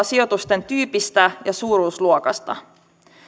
sijoitusten tyypistä ja suuruusluokasta